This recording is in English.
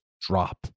drop